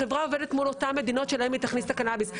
החברה עובדת מול אותן מדינות אליהן היא תכניס את הקנאביס.